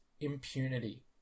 impunity